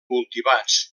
cultivats